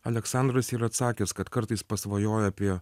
aleksandras yra atsakęs kad kartais pasvajoja apie